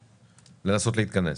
רגע לנסות להתכנס.